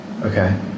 Okay